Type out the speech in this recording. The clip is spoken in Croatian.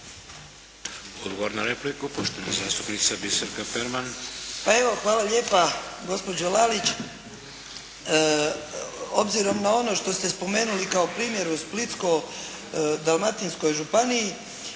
Odgovor na repliku, poštovana zastupnica Biserka Perman.